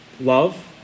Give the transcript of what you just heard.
Love